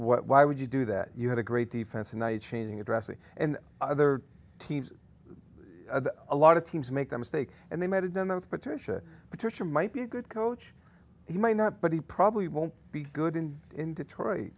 why would you do that you had a great defense and i did changing addresses and other teams a lot of teams make a mistake and they might have done the patricia patricia might be a good coach he might not but he probably won't be good in in detroit